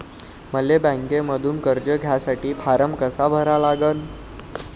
मले बँकेमंधून कर्ज घ्यासाठी फारम कसा भरा लागन?